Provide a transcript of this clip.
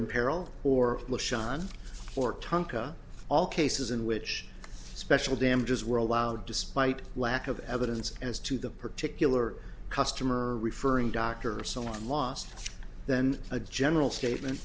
in peril or xan or tonka all cases in which special damages were allowed despite lack of evidence as to the particular customer referring doctor so long last then a general statement